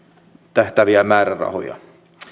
tähtääviä määrärahoja